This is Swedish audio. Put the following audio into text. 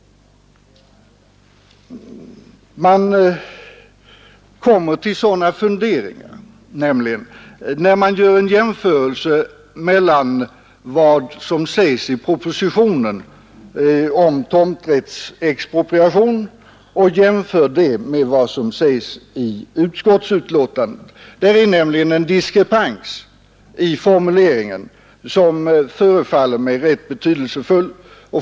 Man kommer till sådana funderingar när man gör en jämförelse mellan vad som sägs i propositionen om tomträttsexpropriation och vad som sägs i utskottsbetänkandet. Där är nämligen en diskrepans i formuleringen som förefaller mig rätt betydelsefull.